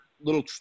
little